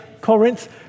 Corinth